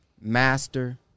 master